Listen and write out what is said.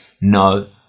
No